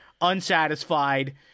unsatisfied